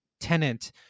tenant